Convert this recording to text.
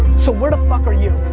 so where the fuck are you.